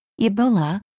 Ebola